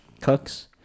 Cooks